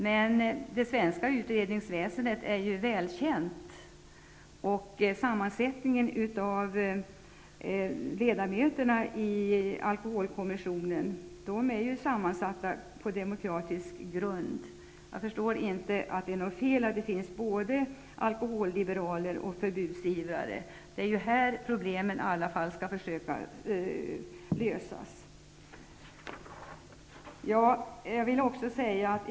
Men det svenska utredningsväsendet är ju välkänt. Sammansättningen av ledamöterna i alkoholkommissionen har skett på demokratisk grund. Jag förstår inte att det är något fel i att det finns både alkoholliberaler och förbudsivrare. Det är i alla fall här man skall försöka att lösa problemen.